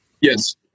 Yes